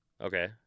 Okay